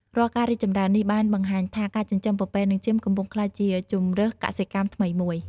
រាល់ការរីកចម្រើននេះ បានបង្ហាញថា ការចិញ្ចឹមពពែនិងចៀមកំពុងក្លាយជាជម្រើសកសិកម្មថ្មីមួយ។